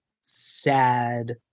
sad